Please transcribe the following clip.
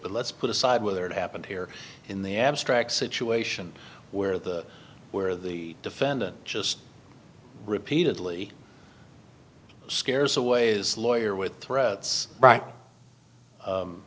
but let's put aside whether it happened here in the abstract situation where the where the defendant just repeatedly scares away his lawyer with threats right